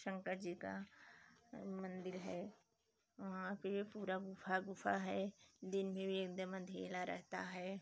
शंकर जी का मन्दिर है वहाँ पर पूरा गुफ़ा गुफ़ा है दिन में भी एकदम अंधेला रहता है